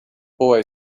boy